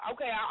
Okay